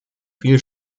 viel